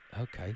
Okay